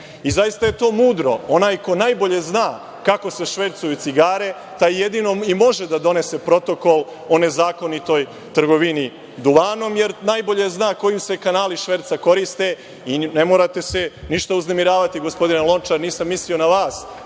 Zaista je to mudro. Onaj ko najbolje zna kako se švercuju cigare, taj jedino i može da donese protokol o nezakonitoj trgovini duvanom, jer najbolje zna koji se kanali šverca koriste i ne morate se ništa uznemiravati, gospodine Lončar, nisam mislio na vas.